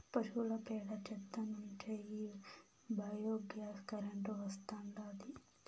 పశువుల పేడ చెత్త నుంచే ఈ బయోగ్యాస్ కరెంటు వస్తాండాది